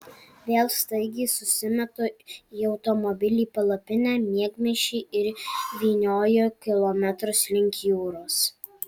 vėl staigiai susimetu į automobilį palapinę miegmaišį ir vynioju kilometrus link jūros